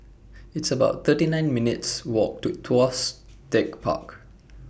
It's about thirty nine minutes' Walk to Tuas Tech Park